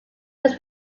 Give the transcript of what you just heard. was